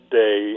day